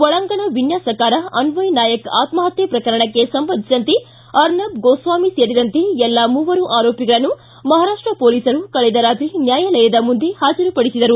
ಒಳಾಂಗಣ ವಿನ್ಯಾಸಕಾರ ಅನ್ವಯ್ ನಾಯಕ್ ಆತ್ಮಹತ್ಯೆ ಪ್ರಕರಣಕ್ಕೆ ಸಂಬಂಧಿಸಿದಂತೆ ಅರ್ನಬ್ ಗೋಸ್ವಾಮಿ ಸೇರಿದಂತೆ ಎಲ್ಲಾ ಮೂವರು ಆರೋಪಿಗಳನ್ನು ಮಹಾರಾಷ್ಟ ಪೊಲೀಸರು ಕಳೆದ ರಾತ್ರಿ ನ್ಯಾಯಾಲಯದ ಮುಂದೆ ಹಾಜರುಪಡಿಸಿದರು